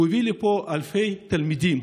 הוא הביא לפה אלפי תלמידים,